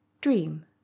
Dream